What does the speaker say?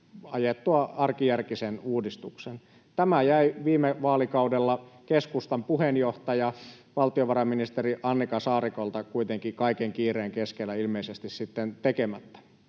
ajettua arkijärkisen uudistuksen. Tämä jäi viime vaalikaudella keskustan puheenjohtaja, valtiovarainministeri Annika Saarikolta kuitenkin kaiken kiireen keskellä ilmeisesti sitten tekemättä.